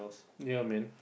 ya man